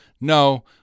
No